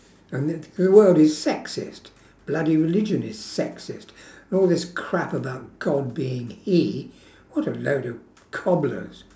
and the whole world is sexist bloody religion is sexist all this crap about god being he what a load of cobblers